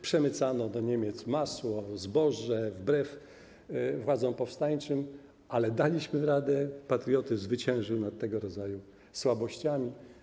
Przemycano do Niemiec masło, zboże wbrew władzom powstańczym, ale daliśmy radę, patriotyzm zwyciężył nad tego rodzaju słabościami.